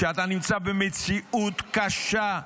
כשאתה נמצא במציאות קשה,